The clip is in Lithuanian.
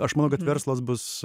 aš manau kad verslas bus